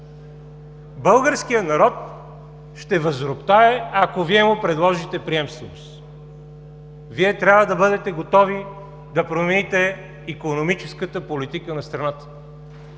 Българският народ ще възроптае, ако Вие му предложите приемственост. Вие трябва да бъдете готови да промените икономическата политика на страната